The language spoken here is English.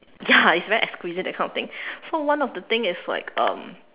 ya it's very exquisite kind of thing so one of the thing is like um